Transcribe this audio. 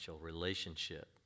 relationship